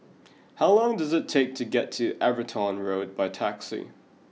how long does it take to get to Everton Road by taxi